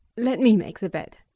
let me make the bed.